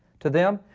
to them,